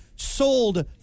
Sold